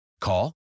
Call